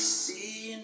see